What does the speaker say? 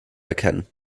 erkennen